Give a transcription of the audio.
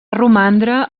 romandre